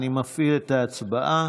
אני מפעיל את ההצבעה,